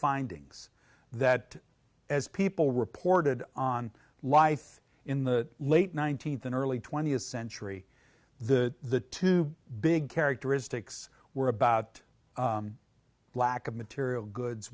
findings that as people reported on life in the late nineteenth and early twentieth century the two big characteristics were about lack of material goods